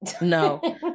no